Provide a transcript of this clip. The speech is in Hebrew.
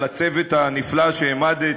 על הצוות הנפלא שהעמדת,